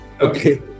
Okay